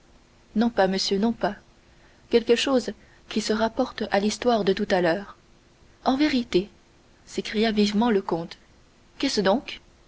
non pas monsieur non pas quelque chose qui se rapporte à l'histoire de tout à l'heure en vérité s'écria vivement le comte qu'est-ce donc